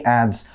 adds